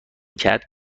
کرد